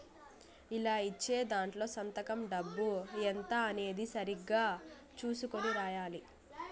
ఇలా ఇచ్చే దాంట్లో సంతకం డబ్బు ఎంత అనేది సరిగ్గా చుసుకొని రాయాలి